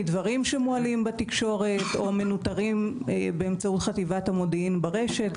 מדברים שמועלים בתקשורת או מנוטרים באמצעות חטיבת המודיעין ברשת,